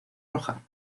roja